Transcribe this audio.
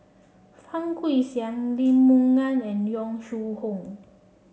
Fang Guixiang Lee Moon Ngan and Yong Shu Hoong